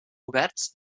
oberts